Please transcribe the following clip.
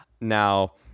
now